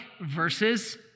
versus